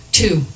two